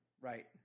Right